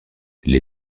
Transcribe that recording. les